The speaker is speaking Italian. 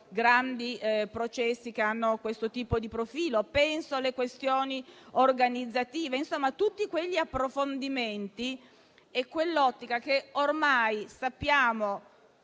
grandi processi che hanno questo tipo di profilo, oppure nelle questioni organizzative. Insomma, per tutti quegli approfondimenti, nell'ottica che ormai conosciamo,